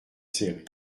céré